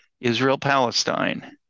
Israel-Palestine